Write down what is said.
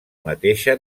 mateixa